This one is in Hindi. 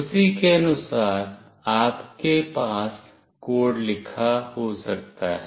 उसी के अनुसार आपके पास कोड लिखा हो सकता है